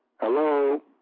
Hello